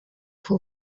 who